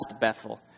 Bethel